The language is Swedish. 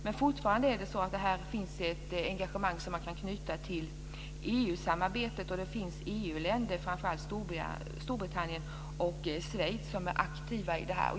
Men fortfarande finns det här ett engagemang som man kan knyta till EU-samarbetet, och det finns EU länder, framförallt Storbritannien och Schweiz, som är aktiva i det här.